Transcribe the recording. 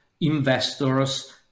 investors